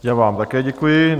Já vám také děkuji.